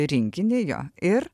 rinkinį jo ir